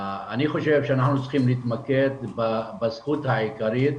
אני חושב שאנחנו צריכים להתמקד בזכות העיקרית